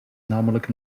namelijk